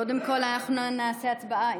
קודם כול אנחנו נעשה הצבעה.